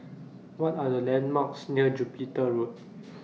What Are The landmarks near Jupiter Road